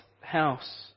house